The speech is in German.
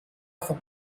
vom